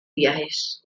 viajes